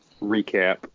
recap